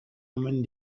omen